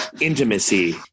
intimacy